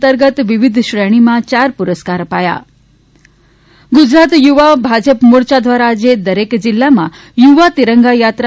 અંતર્ગત વિવિધ શ્રેણીમાં ચાર પુરસ્કાર અપાયા ગુજરાત યુવા ભાજપ મોરચા દ્વારા આજે દરેક જીલ્લામાં યુવા તિરંગા થાત્રા